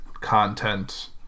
content